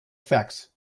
facts